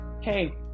Hey